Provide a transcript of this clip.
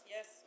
Yes